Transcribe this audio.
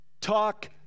talk